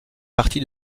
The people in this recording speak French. partie